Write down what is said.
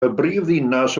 brifddinas